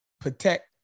protect